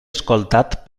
escoltat